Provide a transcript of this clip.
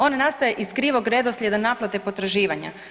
On nastaje iz krivog redoslijeda naplate potraživanja.